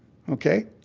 ok.